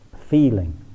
feeling